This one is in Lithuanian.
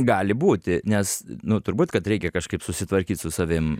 gali būti nes nu turbūt kad reikia kažkaip susitvarkyt su savim